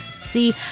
See